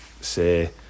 say